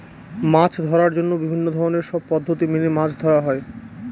মাছ ধরার জন্য বিভিন্ন ধরনের সব পদ্ধতি মেনে মাছ ধরা হয়